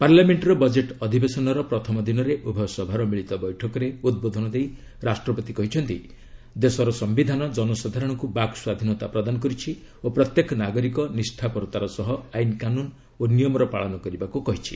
ପାର୍ଲାମେଣ୍ଟର ବଜେଟ୍ ଅଧିବେଶନର ପ୍ରଥମ ଦିନରେ ଉଭୟ ସଭାର ମିଳିତ ବୈଠକରେ ଉଦ୍ବୋଧନ ଦେଇ ରାଷ୍ଟ୍ରପତି କହିଛନ୍ତି ଦେଶର ସମ୍ଭିଧାନ ଜନସାଧାରଣଙ୍କୁ ବାକ୍ ସ୍ୱାଧୀନତା ପ୍ରଦାନ କରିଛି ଓ ପ୍ରତ୍ୟେକ ନାଗରିକ ନିଷ୍ଠାପରତାର ସହ ଆଇନ କାନୁନ୍ ଓ ନିୟମର ପାଳନ କରିବାକୁ କହିଛି